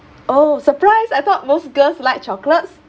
oh surprise I thought most girls like chocolates